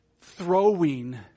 throwing